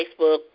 Facebook